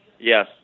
Yes